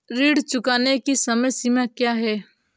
ऋण चुकाने की समय सीमा क्या है?